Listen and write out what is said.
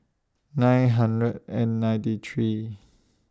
nine hundred and ninety three